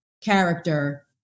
character